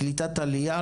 קליטת עלייה,